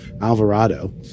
Alvarado